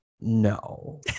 No